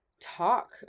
talk